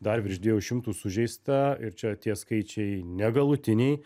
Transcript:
dar virš dviejų šimtų sužeista ir čia tie skaičiai negalutiniai